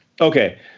Okay